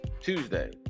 Tuesday